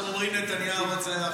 כמו שאתם אומרים "נתניהו רוצח",